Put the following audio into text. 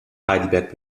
heidelberg